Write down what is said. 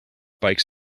bikes